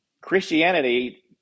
Christianity